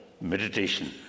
meditation